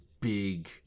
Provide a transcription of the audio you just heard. big